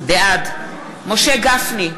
בעד משה גפני,